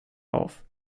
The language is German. auf